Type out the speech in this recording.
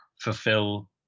fulfill